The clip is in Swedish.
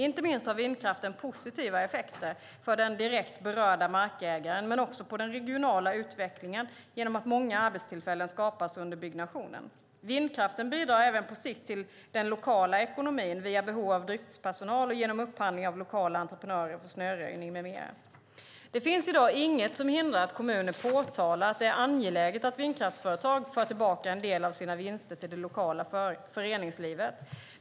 Inte minst har vindkraften positiva effekter för den direkt berörda markägaren men också på den regionala utvecklingen genom att många arbetstillfällen skapas under byggnationen. Vindkraften bidrar även på sikt till den lokala ekonomin via behov av driftspersonal och genom upphandling av lokala entreprenörer för snöröjning med mera. Det finns i dag inget som hindrar att kommuner påtalar att det är angeläget att vindkraftsföretag för tillbaka en del av sina vinster till det lokala föreningslivet.